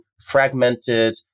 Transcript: fragmented